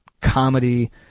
comedy